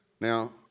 Now